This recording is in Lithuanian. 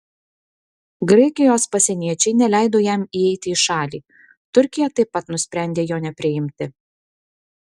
graikijos pasieniečiai neleido jam įeiti į šalį turkija taip pat nusprendė jo nepriimti